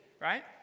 right